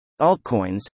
Altcoins